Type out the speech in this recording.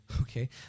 Okay